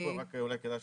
יש פה רק אולי כדאי שנגיד,